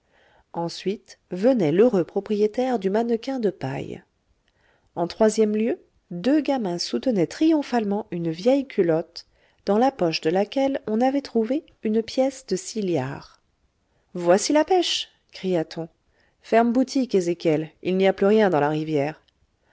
ensuite venait l'heureux propriétaire du mannequin de paille en troisième lieu deux gamins soutenaient triomphalement une vieille culotte dans la poche de laquelle on avait trouvé une pièce de six liards voici la pêche cria-t-on ferme boutique ezéchiel il n'y a plus rien dans la rivière